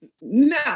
no